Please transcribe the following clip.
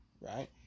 right